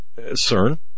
CERN